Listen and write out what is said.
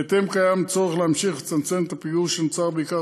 בהתאם קיים צורך להמשיך ולצמצם את הפיגור שנוצר בעיקר